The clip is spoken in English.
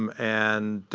um and